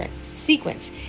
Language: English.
sequence